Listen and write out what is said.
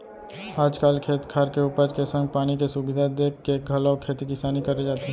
आज काल खेत खार के उपज के संग पानी के सुबिधा देखके घलौ खेती किसानी करे जाथे